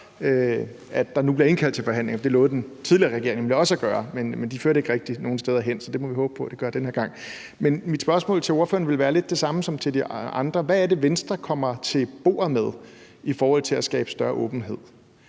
at der nu bliver indkaldt til forhandlinger. For det lovede den tidligere regering nemlig også at gøre, men de førte ikke rigtig nogen steder hen. Så det må vi håbe på at de gør den her gang. Men mit spørgsmål til ordføreren vil være lidt det samme, som det var til de andre: Hvad det er, Venstre kommer til bordet med i forhold til at skabe større åbenhed?